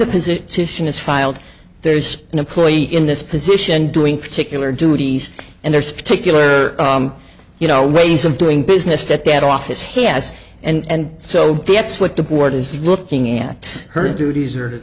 the position is filed there is an employee in this position doing particular duties and there's a particular you know ways of doing business stepdad office he has and so that's what the board is looking at her duties or